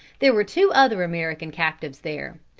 there were two other american captives there,